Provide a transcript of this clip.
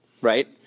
right